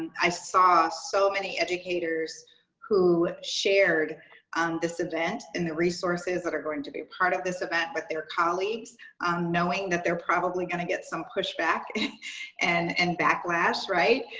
i saw so many educators who shared um this event and the resources that are going to be part of this event with their colleagues knowing that they're probably going to get some push back and and backlash right?